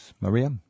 Maria